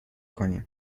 کنیم